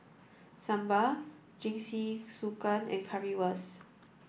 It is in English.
Sambar Jingisukan and Currywurst